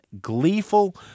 gleeful